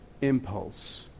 impulse